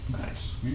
Nice